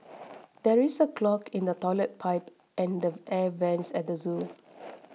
there is a clog in the Toilet Pipe and the Air Vents at the zoo